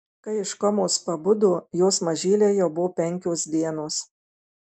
kai iš komos pabudo jos mažylei jau buvo penkios dienos